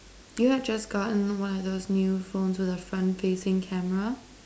you have just gotten one of those phones with a front facing camera